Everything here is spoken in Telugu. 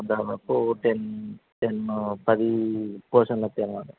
దాదాపు టెన్ టెన్ పది పోర్షన్లు వస్తాయి అన్నమాట